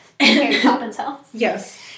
Yes